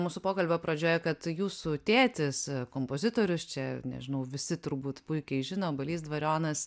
mūsų pokalbio pradžioje kad jūsų tėtis kompozitorius čia nežinau visi turbūt puikiai žino balys dvarionas